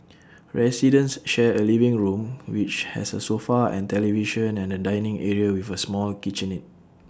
residents share A living room which has A sofa and television and A dining area with A small kitchenette